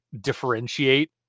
differentiate